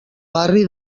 barri